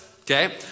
okay